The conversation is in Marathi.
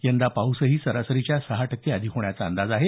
यंदा पाऊसही सरासरीच्या सहा टक्के अधिक होण्याचा अंदाज आहे